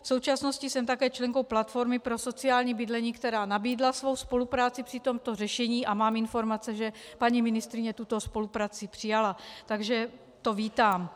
V současnosti jsem také členkou Platformy pro sociální bydlení, která nabídla svou spolupráci při tomto řešení, a mám informace, že paní ministryně tuto spolupráci přijala, takže to vítám.